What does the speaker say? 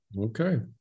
Okay